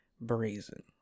brazen